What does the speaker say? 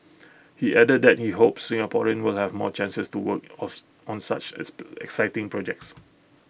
he added that he hopes Singaporeans will have more chances to work on such exciting projects